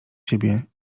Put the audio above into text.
siebie